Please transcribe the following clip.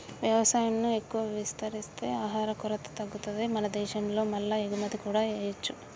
వ్యవసాయం ను ఎక్కువ విస్తరిస్తే ఆహార కొరత తగ్గుతది మన దేశం లో మల్ల ఎగుమతి కూడా చేయొచ్చు